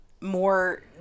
more